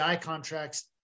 contracts